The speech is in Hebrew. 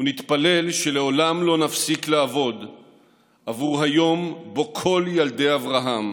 ונתפלל שלעולם לא נפסיק לעבוד עבור היום שבו כל ילדי אברהם